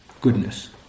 goodness